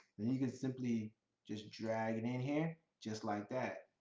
then you can simply just drag it in here just like that,